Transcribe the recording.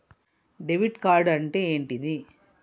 Debit card అంటే ఏంటిది?